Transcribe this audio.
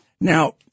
Now